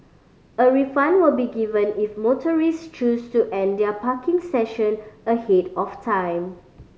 a refund will be given if motorist choose to end their parking session ahead of time